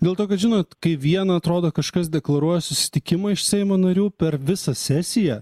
dėl to kad žinot kai vieną atrodo kažkas deklaruoja susitikimą iš seimo narių per visą sesiją